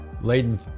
laden